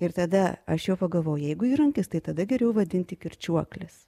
ir tada aš jau pagavau jeigu įrankis tai tada geriau vadinti kirčiuoklis